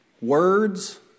words